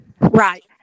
Right